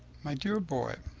my dear boy,